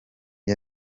com